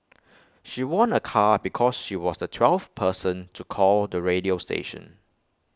she won A car because she was the twelfth person to call the radio station